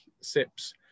sips